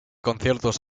conciertos